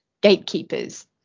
gatekeepers